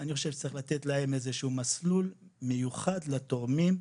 אני חושב שצריך לתת להם איזשהו מסלול מיוחד לתורמים,